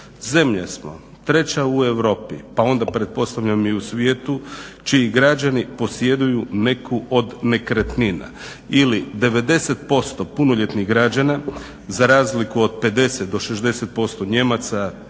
Zemlja smo, treća u Europi pa onda pretpostavljam i u svijetu, čiji građani posjeduju neku od nekretnina. Ili 90% punoljetnih građana za razliku od 50 do 60% Nijemaca,